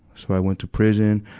so i went to prison.